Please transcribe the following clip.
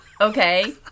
Okay